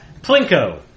Plinko